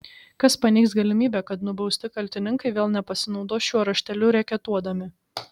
kas paneigs galimybę kad nubausti kaltininkai vėl nepasinaudos šiuo rašteliu reketuodami